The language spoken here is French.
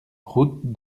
route